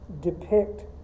depict